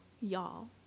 y'all